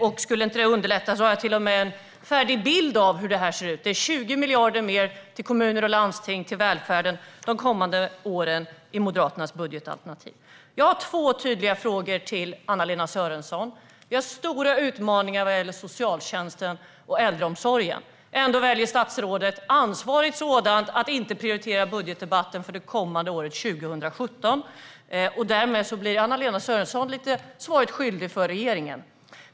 Om detta inte skulle underlätta har jag till och med en färdig bild av hur det här ser ut - Moderaternas budgetalternativ innebär 20 miljarder mer till kommuner och landsting - till välfärden - de kommande åren. Jag har två tydliga frågor till Anna-Lena Sörenson. Vi står inför stora utmaningar vad gäller socialtjänsten och äldreomsorgen. Ändå väljer det ansvariga statsrådet att inte prioritera debatten om budgeten för det kommande året. Därmed blir Anna-Lena Sörenson skyldig att svara för regeringen.